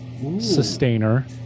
sustainer